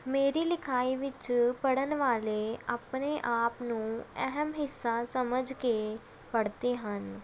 ਮੇਰੀ ਲਿਖਾਈ ਵਿੱਚ ਪੜ੍ਹਨ ਵਾਲੇ ਆਪਣੇ ਆਪ ਨੂੰ ਅਹਿਮ ਹਿੱਸਾ ਸਮਝ ਕੇ ਪੜ੍ਹਦੇ ਹਨ